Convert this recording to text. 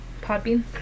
Podbean